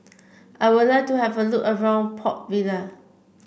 I would like to have a look around Port Vila